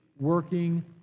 working